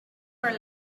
were